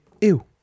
Ew